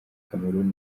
cameroon